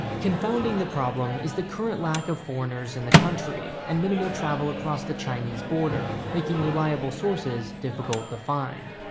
confounding the problem is the current lack of foreigners in the country and minimal travel across the chinese border making reliable sources difficult to find.